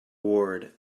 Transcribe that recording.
ward